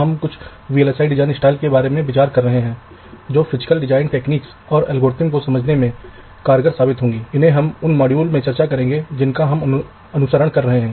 हमने पहले उल्लेख किया है कि VLSI चिप क्लॉक और पावर नेट पर राउटिंग नेट के संबंध में बहुत अलग विशेषताएं हैं